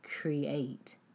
create